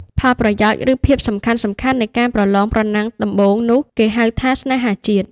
ផលប្រយោជន៍ ឬភាពសំខាន់ៗនៃការប្រលងប្រណាំងដំបូងនោះ គេហៅថា”ស្នេហាជាតិ”។